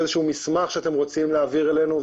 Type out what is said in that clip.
או איזשהו מסמך שאתם רוצים להעביר אלינו,